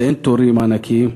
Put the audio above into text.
ואין תורים ענקיים.